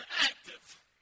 active